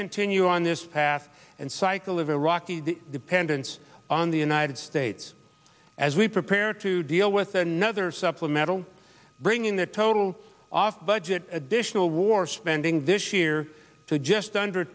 continue on this path and cycle of iraq the dependence on the united states as we prepare to deal with another supplemental bringing the total off budget additional war spending this year to just under